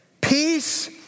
peace